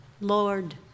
Lord